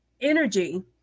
energy